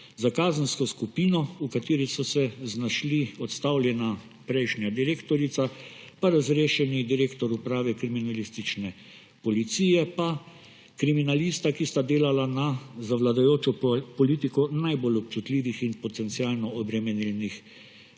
za kazensko skupino, v kateri so se znašli odstavljena prejšnja direktorica, razrešeni direktor Uprave kriminalistične policije pa kriminalista, ki sta delala na za vladajočo politiko najbolj občutljivih in potencialno obremenjenih